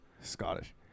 Scottish